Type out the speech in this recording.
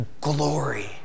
glory